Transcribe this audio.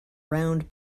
round